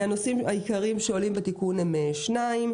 הנושאים העיקריים שעולים בתיקון הם שניים: